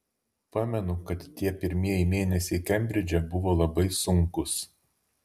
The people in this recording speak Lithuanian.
pamenu kad tie pirmieji mėnesiai kembridže buvo labai sunkūs